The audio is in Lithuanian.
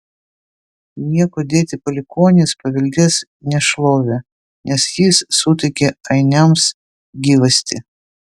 niekuo dėti palikuonys paveldės nešlovę nes jis suteikė ainiams gyvastį